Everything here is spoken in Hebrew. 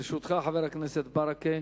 לרשותך, חבר הכנסת ברכה,